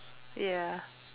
ya